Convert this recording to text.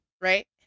Right